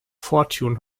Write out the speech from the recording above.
fortune